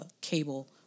cable